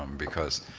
um because